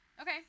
Okay